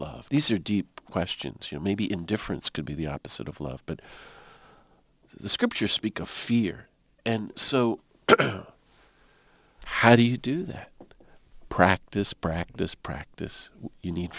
love these are deep questions you know maybe indifference could be the opposite of love but the scriptures speak of fear and so how do you do that practice practice practice you need